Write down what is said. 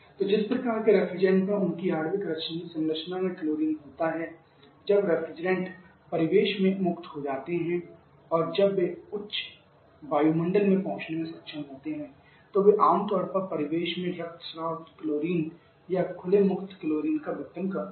तो जिस प्रकार के रेफ्रिजरेंट में उनकी आणविक संरचना में क्लोरीन होता है जब रेफ्रिजरेंट परिवेश में मुक्त हो जाते हैं और जब वे उच्च वायुमंडल में पहुँचने में सक्षम होते हैं तो वे आम तौर पर परिवेश में रक्तस्राव क्लोरीन या खुले मुक्त क्लोरीन का विघटन करते हैं